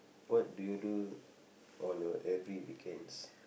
what do you do on your every weekends